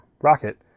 rocket